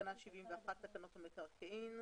תקנה 71 לתקנות המקרקעין.